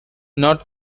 not